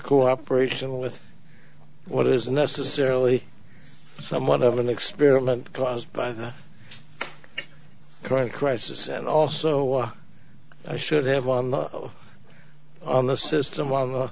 cooperation with what is necessarily somewhat of an experiment caused by the current crisis and also i should have on the on the system on